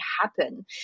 happen